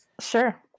Sure